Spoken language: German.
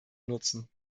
nutzen